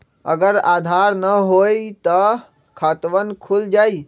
अगर आधार न होई त खातवन खुल जाई?